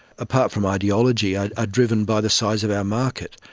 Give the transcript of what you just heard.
apart from ideology, are driven by the size of our market.